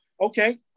Okay